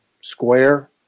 square